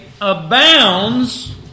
abounds